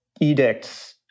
edicts